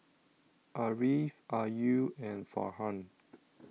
Ariff Ayu and Farhan